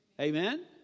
Amen